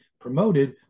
promoted